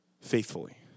Faithfully